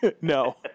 No